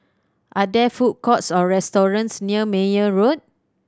are there food courts or restaurants near Meyer Road